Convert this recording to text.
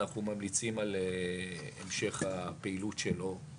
אנחנו ממליצים על המשך הפעילות שלו.